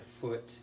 foot